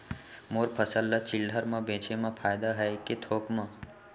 मोर फसल ल चिल्हर में बेचे म फायदा है के थोक म?